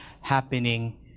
happening